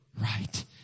right